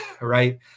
right